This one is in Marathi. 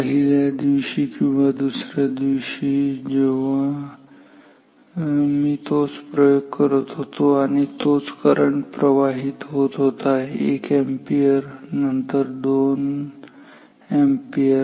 पहिल्या दिवशी किंवा दुसऱ्या दिवशी मी जेव्हा तोच प्रयोग करत होतो आणि तोच करंट प्रवाहित होत होता एक अॅम्पियर आणि नंतर दोन अॅम्पियर